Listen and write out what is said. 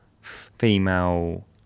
female